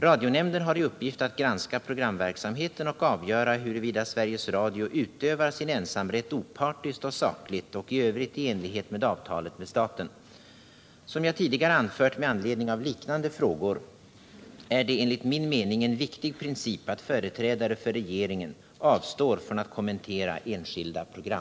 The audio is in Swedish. Radionämnden har i uppgift att granska programverksamheten och avgöra huruvida Sveriges Radio utövar sin ensamrätt opartiskt och sakligt och i övrigt i enlighet med avtalet med staten. Som jag tidigare anfört med anledning av liknande frågor är det enligt min mening en viktig princip att företrädare för regeringen avstår från att kommentera enskilda program.